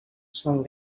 són